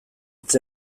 hitz